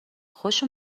خوش